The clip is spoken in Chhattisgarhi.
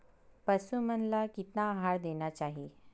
पशु मन ला कतना आहार देना चाही?